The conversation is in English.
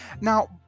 Now